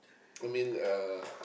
I mean uh